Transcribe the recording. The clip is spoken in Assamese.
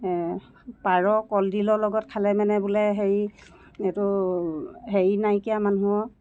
পাৰ কলদিলৰ লগত খালে মানে বোলে হেৰি এইটো হেৰি নাইকিয়া মানুহৰ